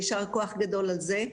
יישר כוח גדול על זה.